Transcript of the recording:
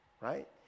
right